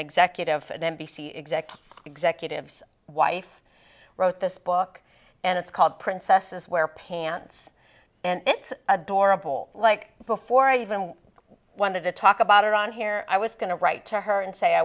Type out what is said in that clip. executive at n b c exactly executives wife wrote this book and it's called princesses wear pants and it's adorable like before i even wanted to talk about it on here i was going to write to her and say i